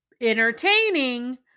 entertaining